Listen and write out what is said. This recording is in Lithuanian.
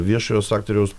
viešojo sektoriaus